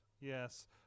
Yes